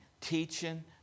teaching